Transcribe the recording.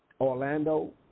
Orlando